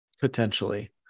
Potentially